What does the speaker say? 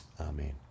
Amen